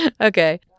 Okay